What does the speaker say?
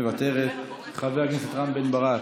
מוותרת, חבר הכנסת רם בן ברק,